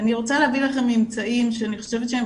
אני רוצה להביא לכם ממצאים שאני חושבת שהם